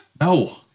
No